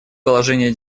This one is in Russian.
положение